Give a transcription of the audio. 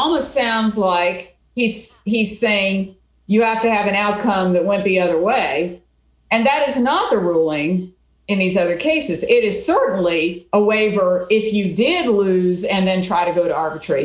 almost sounds like he's he's saying you have to have an outcome that would be other way and that is not the ruling in these other cases it is certainly a waiver if you did lose and then try to go to arbitra